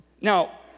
Now